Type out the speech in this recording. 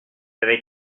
avez